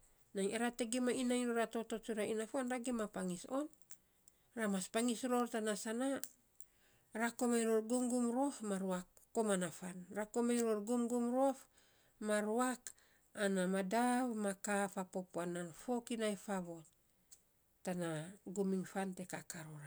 Nainy ara te gima iinain ror a toto tsura ina fuan, ra gima pangis on ra mas pangis ror tanasa, na ra komainy ror gumgum rof ma ruak koman na fan. Ra komainy ror gumgum rof ma ruak ana maolaav ma ka fa papuan fokinai favot. Tana gum iny fan te kaka roar.